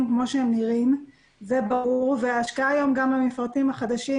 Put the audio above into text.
כמו שהם נראים וההשקעה במפרטים החדשים,